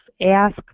Ask